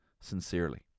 sincerely